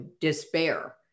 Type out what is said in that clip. despair